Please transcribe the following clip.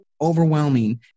overwhelming